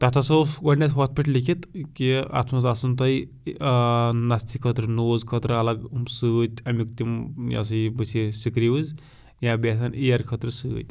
تَتھ ہسا اوس گۄڈنیتھ ہۄتھ پٮ۪ٹھ لیٖکھِتھ کہِ اَتہ منٛز آسَن تۄہہِ نَستہِ خٲطرٕ نوز خٲطرٕ الگ سۭتۍ امیُک تِم یہِ ہسا یہِ بٔتھِ سِکرِوز یا بیٚیہِ آسَن اِیَر خٲطرٕ سۭتۍ